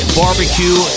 barbecue